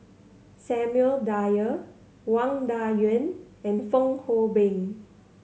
Samuel Dyer Wang Dayuan and Fong Hoe Beng